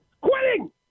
Quitting